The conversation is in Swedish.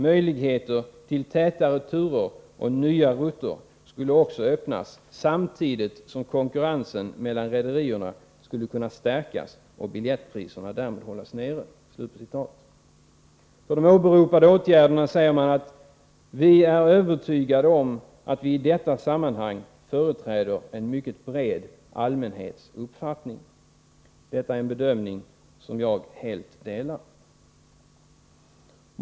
Möjligheter till tätare turer och nya rutter skulle också öppnas samtidigt som konkurrensen mellan rederierna skulle kunna stärkas och biljettpriserna därmed hållas nere.” För de åberopade åtgärderna säger man att ”vi är övertygade om att vi i detta sammanhang företräder en mycket bred allmänhets uppfattning.” Detta är en bedömning som jag helt delar.